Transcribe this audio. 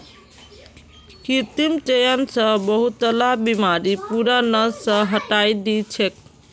कृत्रिम चयन स बहुतला बीमारि पूरा नस्ल स हटई दी छेक